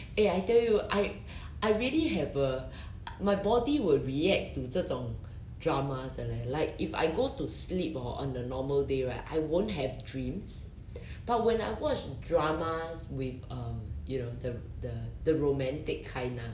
eh I tell you I I really have a my body would react to 这种 dramas 的 leh like if I go to sleep hor on a normal day right I won't have dreams but when I watch dramas with err you know the the the romantic kind ah